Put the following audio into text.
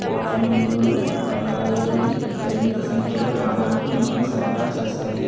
కోటనందూరు మండలాల్లోని పరిమిత సంఖ్యలో గ్రామాలకు నీటిని సరఫరా చేస్తాయి